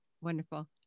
Wonderful